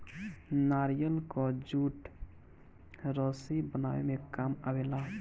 नारियल कअ जूट रस्सी बनावे में काम आवेला